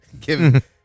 Give